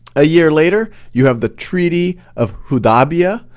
a year later, you have the treaty of hudaybiyyah,